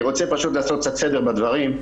אני רוצה לעשות קצת סדר בדברים: